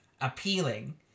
appealing